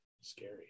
scary